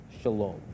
shalom